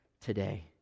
today